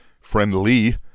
friendly